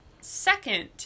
second